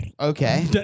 Okay